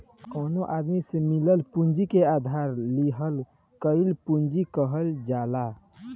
कवनो आदमी से मिलल पूंजी के उधार लिहल गईल पूंजी कहल जाला